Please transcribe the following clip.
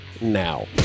now